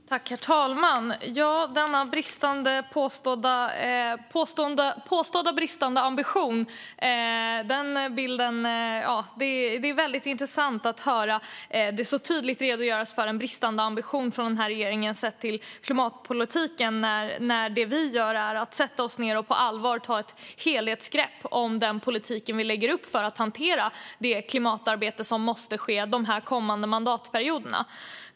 Herr talman! Denna påstådda bristande ambition - det är intressant att höra det så tydligt redogöras för en bristande ambition hos den här regeringen sett till klimatpolitiken när det vi gör är att sätta oss ned och på allvar ta ett helhetsgrepp om den politik vi lägger upp för att hantera det klimatarbete som måste ske de kommande mandatperioderna.